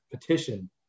petition